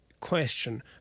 question